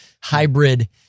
hybrid